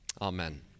Amen